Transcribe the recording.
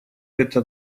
это